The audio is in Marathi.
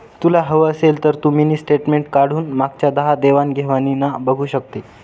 तुला हवं असेल तर तू मिनी स्टेटमेंट काढून मागच्या दहा देवाण घेवाणीना बघू शकते